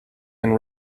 and